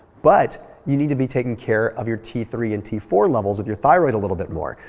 but you need to be taking care of your t three and t four levels of your thyroid a little bit more.